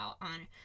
on